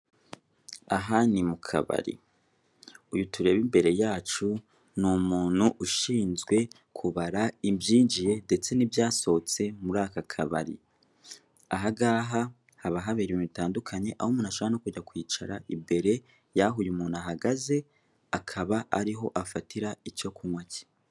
Aha ni mu kabari, uyu tureba imbere yacu ni umuntu ushinzwe kubara ibyinjiye ndetse n'ibyasohotse muri aka kabari, ahangaha haba habera ibintu bitandakanye, aho umuntu ashobora no kujya kwicara imbere yaha uyu muntu ahagaze, akaba ariho afatira icyo kunywa ke.